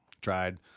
tried